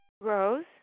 Rose